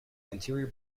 anterior